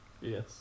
Yes